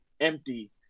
empty